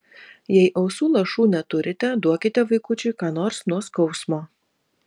jei ausų lašų neturite duokite vaikučiui ką nors nuo skausmo